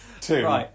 two